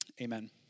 Amen